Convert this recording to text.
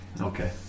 Okay